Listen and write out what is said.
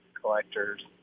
collectors